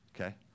Okay